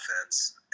offense